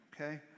okay